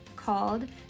called